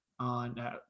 on